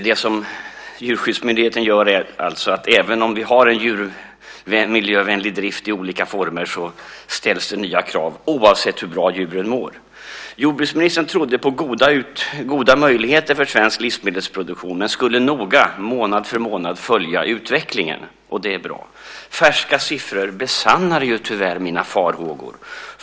Det som Djurskyddsmyndigheten gör är att även om vi har en djurvänlig drift i olika former ställs det nya krav oavsett hur bra djuren mår. Jordbruksministern trodde på goda möjligheter för svensk livsmedelsproduktion men skulle noga månad för månad följa utvecklingen, och det är bra. Färska siffror besannar tyvärr mina farhågor.